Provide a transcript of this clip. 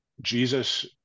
Jesus